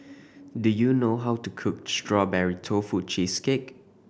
do you know how to cook Strawberry Tofu Cheesecake